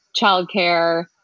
childcare